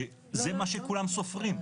שזה מה שכולם סופרים,